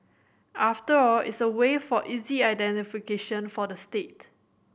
after all it's a way for easy identification for the state